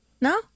No